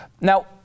Now